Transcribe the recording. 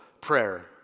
Prayer